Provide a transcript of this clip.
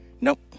Nope